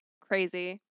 crazy